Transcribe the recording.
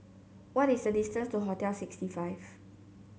what is the distance to Hostel sixty five